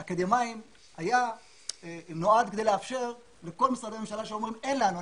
אקדמאים נועד כדי לאפשר לכל משרדי הממשלה שאומרים אין לנו,